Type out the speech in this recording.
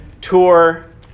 tour